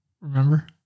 Remember